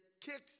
kicks